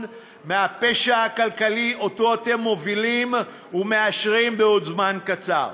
מהפשע הכלכלי שאתם מובילים ומאשרים בעוד זמן קצר.